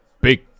big